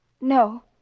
No